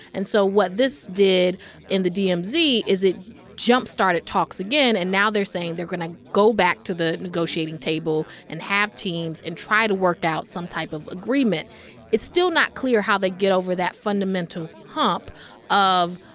and so what this did in the dmz is it jumpstarted talks again. and now they're saying they're going to go back to the negotiating table and have teams and try to work out some type of agreement it's still not clear how they'd get over that fundamental hump of,